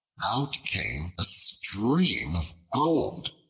out came a stream of gold,